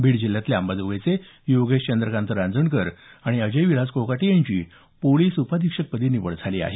बीड जिल्ह्यातल्या अंबाजोगाईचे योगेश चंद्रकांत रांजणकर अजय विलास कोकाटे यांची पोलीस उपअधीक्षक पदी निवड झाली आहे